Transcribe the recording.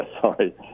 sorry